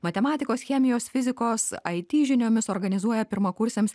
matematikos chemijos fizikos it žiniomis organizuoja pirmakursiams